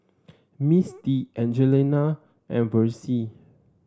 Misty Angelina and Versie